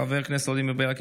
חבר הכנסת ולדימיר בליאק,